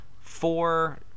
four